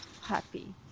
happy